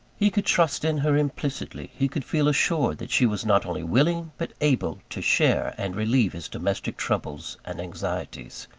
he could trust in her implicitly, he could feel assured that she was not only willing, but able, to share and relieve his domestic troubles and anxieties.